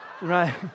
right